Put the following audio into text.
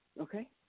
okay